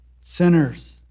sinners